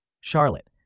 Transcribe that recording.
Charlotte